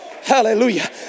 Hallelujah